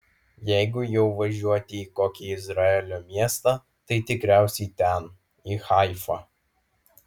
jeigu jau važiuoti į kokį izraelio miestą tai tikriausiai ten į haifą